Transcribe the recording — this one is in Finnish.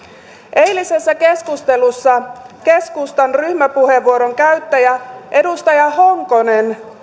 eilisessä keskustelussa keskustan ryhmäpuheenvuoron käyttäjä edustaja honkonen